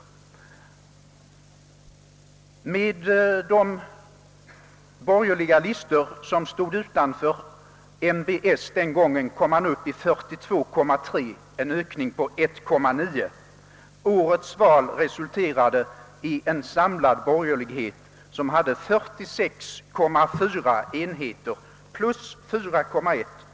Tillsammans med de borgerliga listor som stod utanför MbS den gången kom man upp i 42,3, en ökning med 1,9 enheter. Årets val resulterade i en samlad borgerlighet som hade 46,4 enheter, alltså plus 4,1.